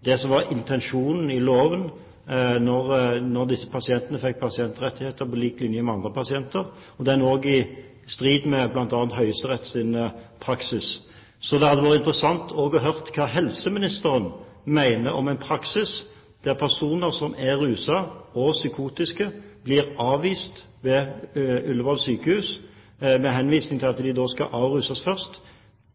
det som var intensjonen i loven da disse pasientene fikk pasientrettigheter på lik linje med andre pasienter, og den er også i strid med bl.a. Høyesteretts praksis. Det hadde vært interessant å høre hva helseministeren mener om en praksis der personer som er ruset og psykotiske, blir avvist ved Ullevål universitetssykehus med henvisning til at de skal avruses først.